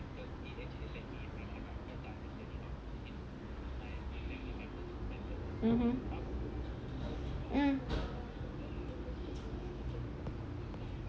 mmhmm mm